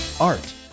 Art